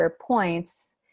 points